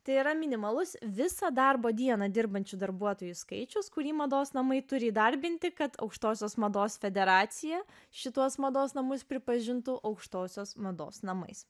tai yra minimalus visą darbo dieną dirbančių darbuotojų skaičius kurį mados namai turi įdarbinti kad aukštosios mados federacija šituos mados namus pripažintų aukštosios mados namais